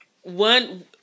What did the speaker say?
one